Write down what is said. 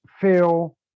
feel